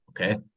Okay